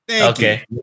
Okay